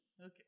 Okay